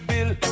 Bill